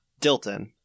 Dilton